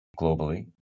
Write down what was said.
globally